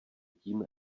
tím